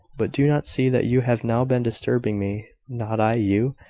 but do you not see that you have now been distrusting me not i you?